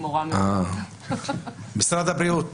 משרד הבריאות